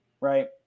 right